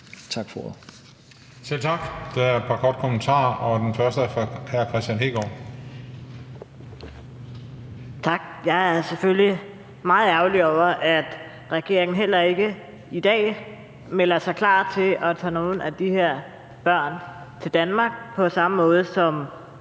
Juhl): Selv tak. Der er et par kommentarer, og den første er fra hr. Kristian Hegaard. Kl. 21:59 Kristian Hegaard (RV): Tak. Jeg er selvfølgelig meget ærgerlig over, at regeringen heller ikke i dag melder sig klar til at tage nogle af de her børn til Danmark, på samme måde som